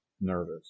nervous